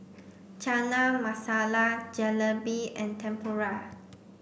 Chana Masala Jalebi and Tempura